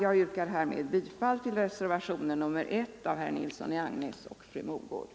Jag yrkar bifall till reservationen 1 av herr Nilsson i Agnäs och fru Mogård.